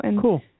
Cool